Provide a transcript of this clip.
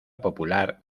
popular